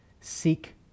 Seek